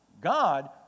God